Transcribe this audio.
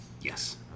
yes